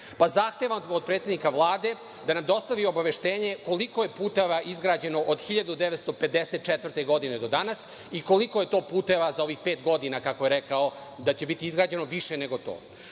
Zahtevam od predsednika Vlade da nam dostavi obaveštenje koliko je puteva izgrađeno od 1954. godine do danas, i koliko je to puteva za ovih pet godina, kako je rekao da će biti izgrađeno više nego to?